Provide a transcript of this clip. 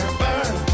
burn